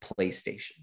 PlayStation